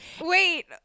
Wait